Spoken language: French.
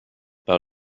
par